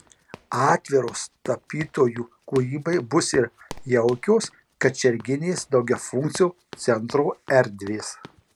atviros tapytojų kūrybai bus ir jaukios kačerginės daugiafunkcio centro erdvės